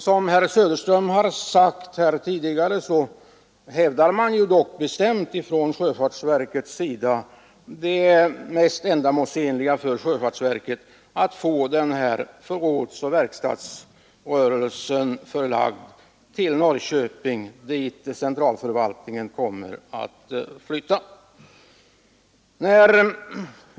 Som herr Söderström framhöll hävdar man också bestämt inom sjöfartsverket att det mest ändamålsenliga för verket är att få denna förrådsoch verkstadsrörelse förlagd till Norrköping, dit centralförvaltningen kommer att flytta.